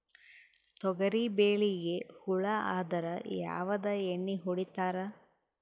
ತೊಗರಿಬೇಳಿಗಿ ಹುಳ ಆದರ ಯಾವದ ಎಣ್ಣಿ ಹೊಡಿತ್ತಾರ?